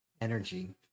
energy